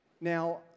now